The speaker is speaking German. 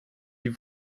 die